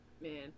Man